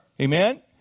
Amen